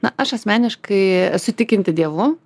na aš asmeniškai esu tikinti dievu